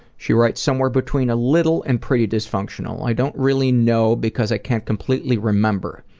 she writes, somewhere between a little and pretty dysfunctional. i don't really know because i can't completely remember.